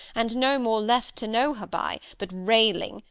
and no more left to know her by, but railing,